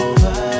Over